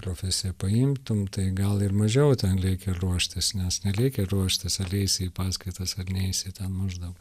profesija paimtum tai gal ir mažiau ten reikia ruoštis nes nereikia ruoštis ar eisi į paskaitas ar neisi ten maždaug